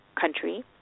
country